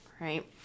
right